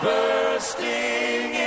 bursting